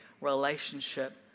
relationship